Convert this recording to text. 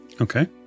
Okay